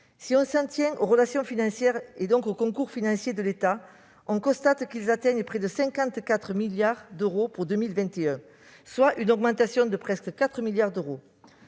Si l'on s'en tient aux relations financières, et donc aux concours financiers de l'État, on constate qu'ils atteignent près de 54 milliards d'euros pour 2021, soit une augmentation de presque 4 milliards d'euros.